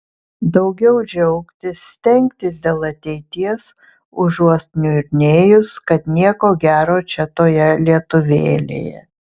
daugiau džiaugtis stengtis dėl ateities užuot niurnėjus kad nieko gero čia toje lietuvėlėje